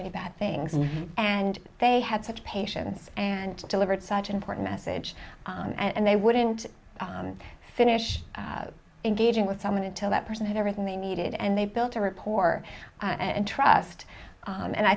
many bad things and they had such patience and delivered such an important message on and they wouldn't finish engaging with someone until that person had everything they needed and they've built a report and trust and i